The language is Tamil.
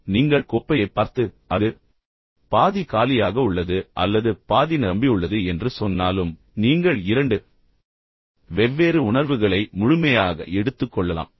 எனவே நீங்கள் கோப்பையைப் பார்த்து அது பாதி காலியாக உள்ளது அல்லது பாதி நிரம்பியுள்ளது என்று சொன்னாலும் நீங்கள் இரண்டு வெவ்வேறு உணர்வுகளை முழுமையாக எடுத்துக் கொள்ளலாம்